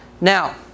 now